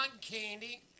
candy